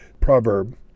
proverb